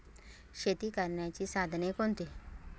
शेती करण्याची साधने कोणती?